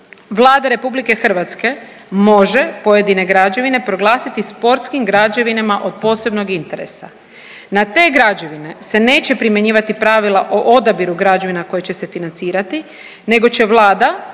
Vlada republike Hrvatske može pojedine građevine proglasiti sportskim građevinama od posebnog interesa. Na te građevine se neće primjenjivati pravila o odabiru građevina koje će se financirati, nego će Vlada